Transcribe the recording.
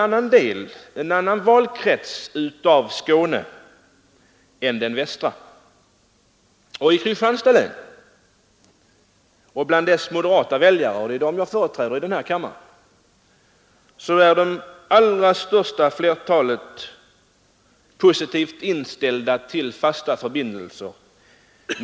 Jag representerar en annan valkrets i Skåne. Bland Kristianstads läns moderata väljare — det är dem jag företräder i denna kammare — är de allra flesta positivt inställda till fasta förbindelser.